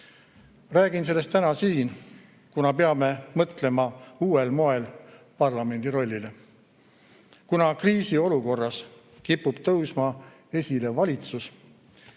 Räägin sellest täna siin, kuna peame mõtlema uuel moel parlamendi rollile. Kuna kriisiolukorras kipub tõusma esile valitsus,